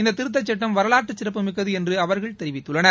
இந்த திருத்த சட்டம் வரலாற்று சிறப்புமிக்கது என்று அவர்கள் தெரிவித்தார்கள்